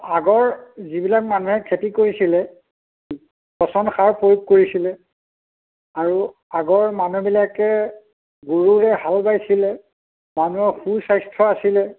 আগৰ যিবিলাক মানুহে খেতি কৰিছিলে পচন সাৰ প্ৰয়োগ কৰিছিলে আৰু আগৰ মানুহবিলাকে গৰুৰে হাল বাইছিলে মানুহৰ সুস্বাস্থ্য আছিলে